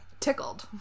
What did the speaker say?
tickled